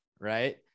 right